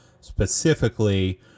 specifically